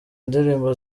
indirimbo